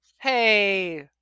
Hey